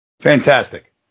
Fantastic